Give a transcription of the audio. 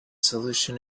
solution